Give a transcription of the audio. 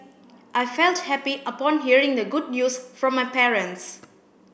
I felt happy upon hearing the good news from my parents